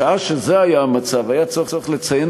משעה שזה היה המצב היה צורך לציין